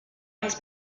has